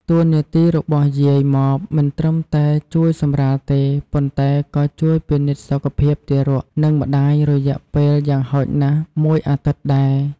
តួនាទីរបស់យាយម៉បមិនត្រឹមតែជួយសម្រាលទេ ប៉ុន្តែក៏ជួយពិនិត្យសុខភាពទារក និងម្ដាយរយៈពេលយ៉ាងហោចណាស់មួយអាទិត្យដែរ។